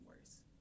worse